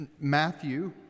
Matthew